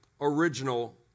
original